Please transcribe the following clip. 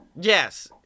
Yes